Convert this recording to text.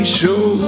show